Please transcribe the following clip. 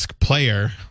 player